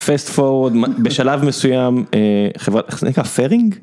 פסט פורוד בשלב מסוים חברה, איך זה נקרא פרינג?